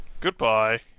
Goodbye